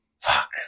Fuck